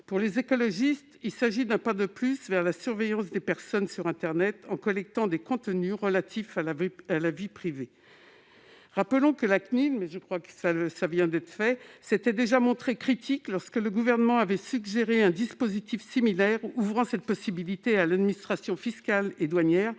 Pour les écologistes, il s'agit d'un pas de plus vers la surveillance des personnes sur internet, en collectant des contenus relatifs à la vie privée. Rappelons que la CNIL s'était déjà montrée critique lorsque le Gouvernement avait suggéré un dispositif similaire ouvrant cette possibilité à l'administration fiscale et douanière